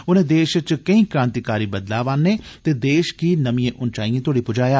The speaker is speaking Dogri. उनें देश च केई क्रांतिकारी बदलाव आन्ने ते देश गी नमिए उंचाइए तोड़ी पजाया